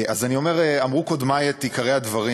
אז אני אומר: אמרו קודמי את עיקרי הדברים,